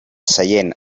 seient